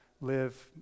live